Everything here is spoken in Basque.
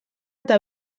eta